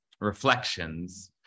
reflections